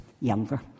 younger